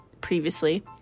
previously